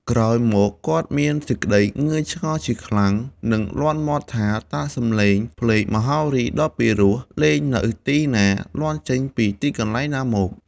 ក្រោយមក គាត់មានសេចក្តីងឿងឆ្ងល់ជាឋ្លាំដ និងលាន់មាត់ថា តើសំលេងភ្លេង មហោរីដ៏ពីរោះលេងនៅទីណា? លាន់ចេញពីទីកន្លែងណាមក? ។